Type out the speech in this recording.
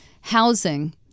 Housing